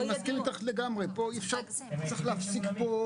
מבחינתי כתוב לי כאן החישוב תקרת צריכה ברוטו.